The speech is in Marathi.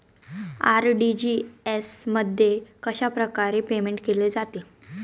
आर.टी.जी.एस मध्ये कशाप्रकारे पेमेंट केले जाते?